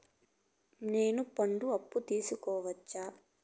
నేను పండుగ అప్పు తీసుకోవచ్చా?